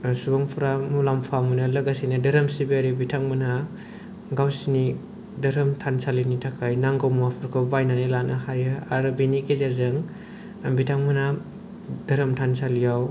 सुबुंफोरा मुलाम्फा मोनो लोगोसेयैनो धोरोम सिबिग्रा बिथांमोनहा गावसिनि धोरोम थानसालिनि थाखाय नांगौ जानाय मुवाफोरखौ बायनानै लानो हायो आरो बेनि गेजेरजों बिथांमोनहा धोरोम थानसालियाव